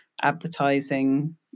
advertising